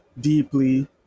deeply